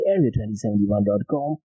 Area2071.com